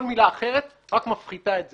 כל מילה אחרת רק מפחיתה את זה.